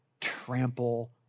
trample